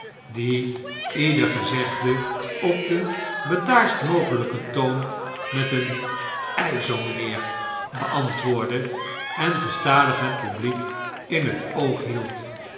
die ieder gezegde op den bedaardst mogelijken toon met een ei zoo mijnheer beantwoordde en gestadig het publiek in het oog hield